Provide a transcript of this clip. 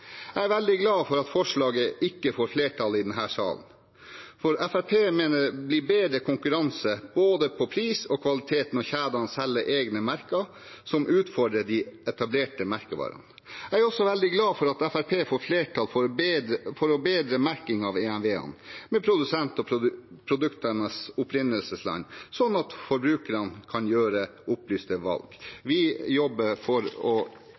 Jeg er veldig glad for at forslaget ikke får flertall i salen, for Fremskrittspartiet mener det blir bedre konkurranse på både pris og kvalitet når kjedene selger egne merker som utfordrer de etablerte merkevarene. Jeg er også veldig glad for at Fremskrittspartiet får flertall for å bedre merkingen av EMV-ene med produsent og produktenes opprinnelsesland, sånn at forbrukerne kan gjøre opplyste valg. Vi jobber for